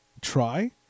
try